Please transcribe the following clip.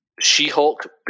She-Hulk